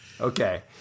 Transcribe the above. okay